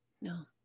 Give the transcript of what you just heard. No